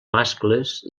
mascles